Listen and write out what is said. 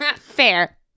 Fair